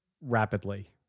rapidly